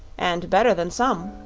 and better than some.